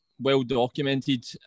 Well-documented